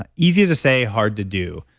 ah easier to say, hard to do.